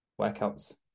workouts